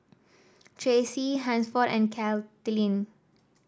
Tracie Hansford and Caitlyn